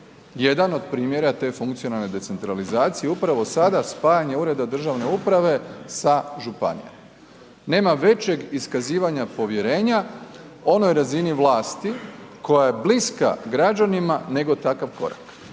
Jedan od primjera te funkcionalne decentralizacije upravo sada spajanje ureda državne uprave sa županijama. Nema većeg iskazivanja povjerenja onoj razini vlasti koja je bliska građanima nego takav korak,